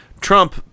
Trump